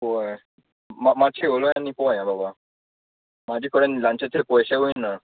वोय मात्शी उलोय आनी पोय आं बाबा म्हाजे कोडेन लॉन्चाचे पोयशेवूय ना